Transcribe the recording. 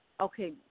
okay